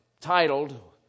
titled